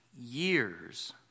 years